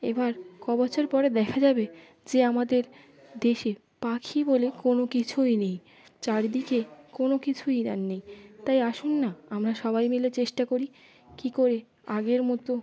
এবার কবছর পরে দেখা যাবে যে আমাদের দেশে পাখি বলে কোনো কিছুই নেই চারিদিকে কোনো কিছুই আর নেই তাই আসুন না আমরা সবাই মিলে চেষ্টা করি কী করে আগের মতো